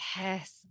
Yes